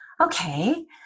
Okay